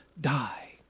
die